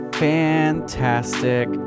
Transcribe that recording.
fantastic